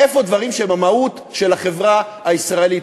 איפה דברים שבמהות של החברה הישראלית,